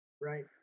right